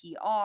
PR